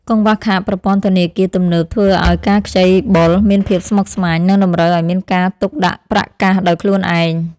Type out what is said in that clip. កង្វះខាតប្រព័ន្ធធនាគារទំនើបធ្វើឱ្យការខ្ចីបុលមានភាពស្មុគស្មាញ និងតម្រូវឱ្យមានការទុកដាក់ប្រាក់កាសដោយខ្លួនឯង។